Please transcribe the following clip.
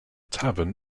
tavern